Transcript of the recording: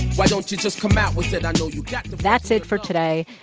why don't you just come out with it? i know you got the. that's it for today.